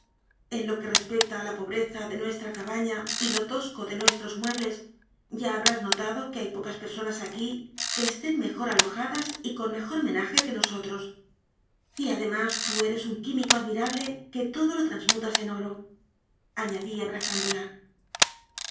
en lo que respecta a la pobreza de nuestra cabana y lo tosco de nuestros muebles ya habrás notado que hay pocas personas aquí que estén mejor alojadas y con mejor menaje que nosotros y además tú eres un químico admirable que todo lo transmutas en oro añadí abrazándola